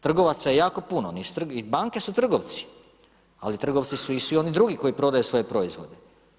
Trgovaca je jako puno i banke su trgovci, ali trgovci su i svi oni drugi koji prodaju svoje proizvode.